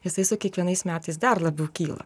jisai su kiekvienais metais dar labiau kyla